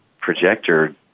projector